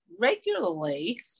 regularly